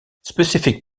specific